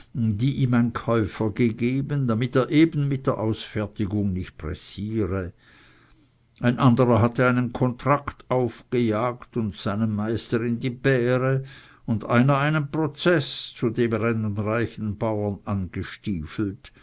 die ihm ein käufer gegeben damit er eben mit der ausfertigung und zusendung der collocationen nicht pressiere ein anderer hatte einen kontrakt aufgejagt und seinem meister in die bähre und einer einen prozeß zu dem er einen reichen bauern